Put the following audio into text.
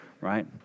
right